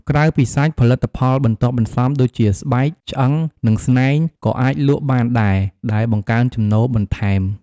ក្រៅពីសាច់ ផលិតផលបន្ទាប់បន្សំដូចជាស្បែក ឆ្អឹង និងស្នែង ក៏អាចលក់បានដែរ ដែលបង្កើនចំណូលបន្ថែម។